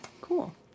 Cool